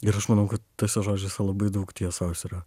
ir aš manau kad tuose žodžiuose labai daug tiesos yra